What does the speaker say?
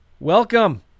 Welcome